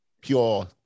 pure